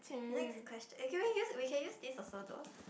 next quest~ eh can we use we can use this also though